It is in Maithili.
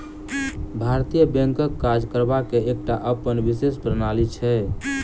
भारतीय बैंकक काज करबाक एकटा अपन विशेष प्रणाली छै